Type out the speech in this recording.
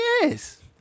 yes